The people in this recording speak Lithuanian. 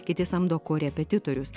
kiti samdo korepetitorius